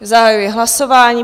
Zahajuji hlasování.